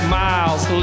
miles